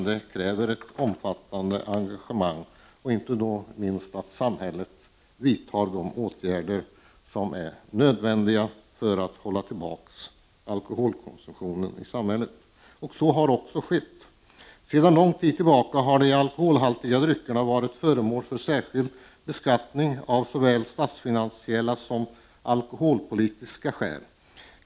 Det kräver ett omfattande engagemang, inte minst att samhället vidtar de åtgärder som är nödvändiga för att hålla tillbaka alkoholkonsumtionen. Så har också skett. Sedan lång tid tillbaka har de alkoholhaltiga dryckerna varit föremål för särskild beskattning av såväl statsfinansiella som alkoholpolitiska skäl.